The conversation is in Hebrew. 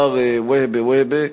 מר והבה והבה,